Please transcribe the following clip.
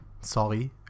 Sorry